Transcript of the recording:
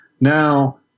Now